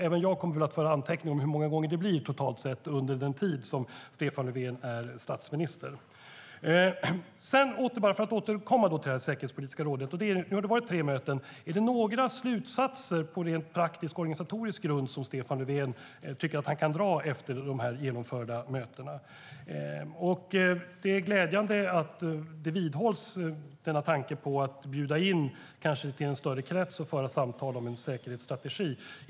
Även jag kommer att föra anteckningar om hur många gånger det blir totalt sett under den tid som Stefan Löfven är statsminister. Låt oss återkomma till det säkerhetspolitiska rådet. Det har varit tre möten. Är det några slutsatser på rent praktisk organisatorisk grund som Stefan Löfven tycker att han kan dra efter de genomförda mötena? Det är glädjande att tanken på att bjuda in en större krets att föra samtal om en säkerhetsstrategi vidhålls.